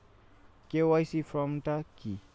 KYC form টা কি?